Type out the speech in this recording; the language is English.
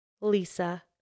Lisa